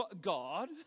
God